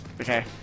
okay